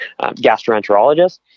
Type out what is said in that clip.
gastroenterologist